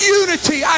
unity